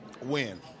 win